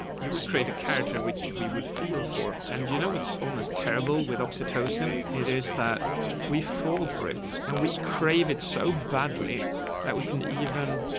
you would create a character, which we would feel for, and you know what's almost terrible with oxytocin. it is that we fall it and we crave it so badly that we can even,